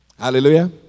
Hallelujah